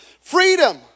Freedom